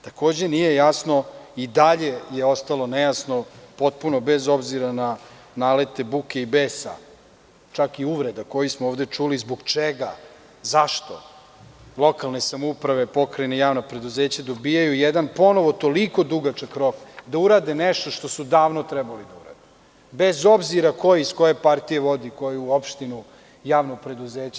Takođe, nije jasno i dalje je ostalo nejasno, potpuno, bez obzira na nalete buke i besa, čak i uvreda koje smo ovde čuli, zbog čega, zašto lokalne samouprave, pokrajine, javna preduzeća dobijaju toliko dugačak rok da urade nešto što su davno trebali da urade, bez obzira ko iz koje partije vodi koju opštinu, javno preduzeće?